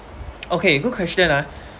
okay good question ah